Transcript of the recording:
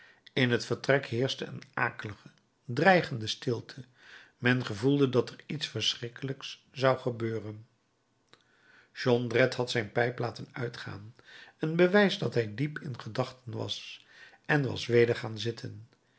in het vertrek heerschte een akelige dreigende stilte men gevoelde dat er iets verschrikkelijks zou gebeuren jondrette had zijn pijp laten uitgaan een bewijs dat hij diep in gedachten was en was weder gaan zitten